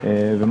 הרווחה והחינוך,